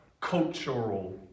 cultural